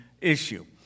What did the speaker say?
issue